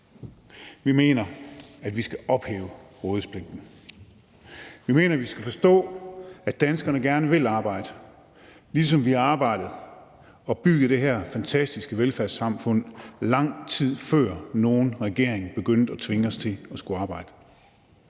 Vi mener, at vi skal ophæve rådighedspligten. Vi mener, at vi skal forstå, at danskerne gerne vil arbejde, ligesom vi har arbejdet og bygget det her fantastiske velfærdssamfund, lang tid før nogen regering begyndte at tvinge os til at skulle arbejde.